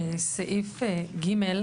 סעיף ג'